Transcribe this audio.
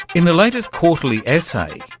in the latest quarterly essay,